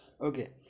okay